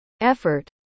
effort